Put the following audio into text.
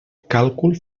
càlcul